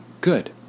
good